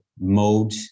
mode